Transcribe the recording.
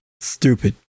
Stupid